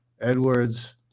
Edwards